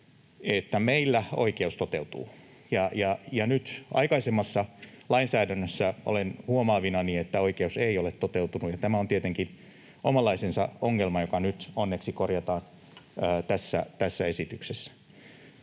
huomaavinani, että aikaisemmassa lainsäädännössä oikeus ei ole toteutunut, ja tämä on tietenkin omanlaisensa ongelma, joka nyt onneksi korjataan tässä esityksessä.